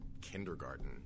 kindergarten